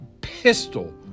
pistol